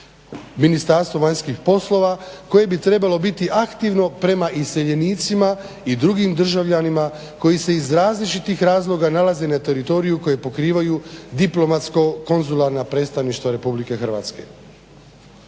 Ministarstvo vanjskih poslova koje bi trebalo biti aktivno prema iseljenicima i drugim državljanima koji se iz različitih razloga nalaze na teritoriju koji pokrivaju diplomatsko-konzularna predstavništva RH.